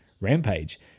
rampage